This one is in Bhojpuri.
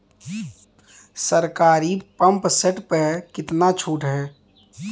सरकारी पंप सेट प कितना छूट हैं?